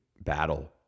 battle